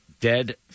Dead